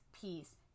peace